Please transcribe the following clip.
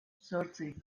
zortzi